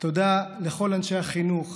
תודה לכל אנשי החינוך,